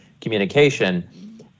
communication